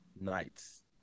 nights